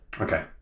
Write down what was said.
okay